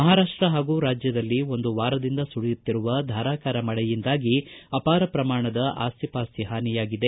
ಮಹಾರಾಷ್ಟ ಹಾಗೂ ರಾಜ್ಯದಲ್ಲಿ ಒಂದು ವಾರದಿಂದ ಸುರಿಯುತ್ತಿರುವ ಧಾರಾಕಾರ ಮಳೆಯಿಂದಾಗಿ ಆಪಾರ ಪ್ರಮಾಣದ ಆಸ್ತಿ ಪಾಸ್ತಿ ಹಾನಿಯಾಗಿದೆ